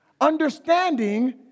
Understanding